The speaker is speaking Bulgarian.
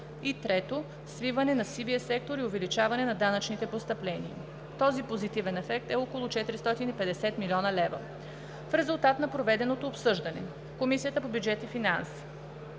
трето, свиване на сивия сектор и увеличение на данъчните постъпления. Този позитивен ефект е около 450 млн. лв. В резултат на проведеното обсъждане Комисията по бюджет и финанси